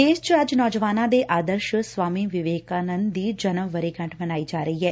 ਦੇਸ਼ ਚ ਅੱਜ ਨੌਜਵਾਨਾਂ ਦੇ ਆਦਰਸ਼ ਸਵਾਮੀ ਵਿਵੇਕਾਨੰਦ ਦੀ ਜਨਮ ਵਰੇਗੰਢ ਮਨਾਈ ਜਾ ਰਹੀ ਐ